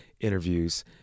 interviews